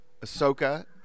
Ahsoka